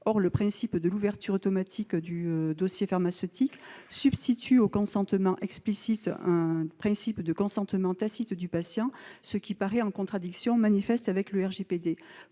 Or le principe de l'ouverture automatique du dossier pharmaceutique substitue au consentement explicite un principe de consentement tacite du patient, ce qui paraît en contradiction manifeste avec le RGPD.